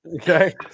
Okay